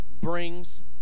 brings